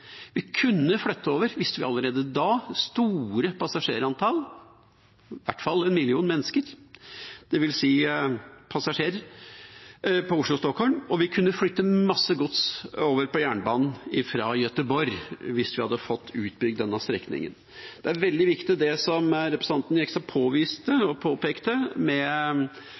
Vi visste allerede da at vi kunne flytte over store passasjerantall, i hvert fall en million mennesker, dvs. passasjerer, på Oslo–Stockholm, og vi kunne flytte masse gods over på jernbanen fra Göteborg hvis vi hadde fått utbygd denne strekningen. Det er veldig viktig, det representanten Jegstad påviste og påpekte,